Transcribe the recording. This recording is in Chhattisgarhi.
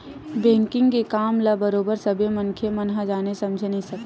बेंकिग के काम ल बरोबर सब्बे मनखे मन ह जाने समझे नइ सकय